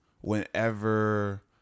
whenever